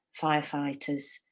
firefighters